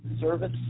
Service